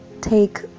take